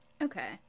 okay